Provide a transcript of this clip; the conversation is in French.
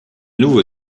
nouveau